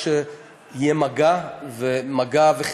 הם אומרים: מה,